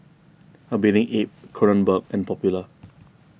A Bathing Ape Kronenbourg and Popular